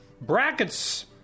Brackets